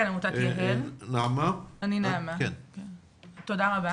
תודה רבה